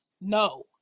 No